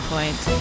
Point